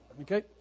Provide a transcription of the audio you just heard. Okay